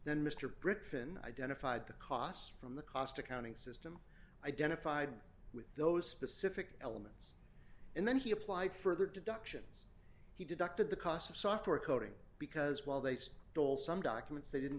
than mr britain identified the costs from the cost accounting system identified with those specific elements and then he apply further deductions he ducked at the cost of software coding because while they stole some documents they didn't